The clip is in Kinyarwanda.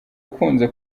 ukunze